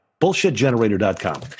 BullshitGenerator.com